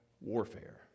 warfare